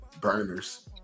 Burners